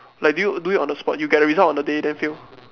like do you do it on the spot you get the result on the day then fail